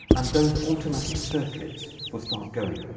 and those automatic circuits will start going.